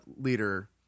leader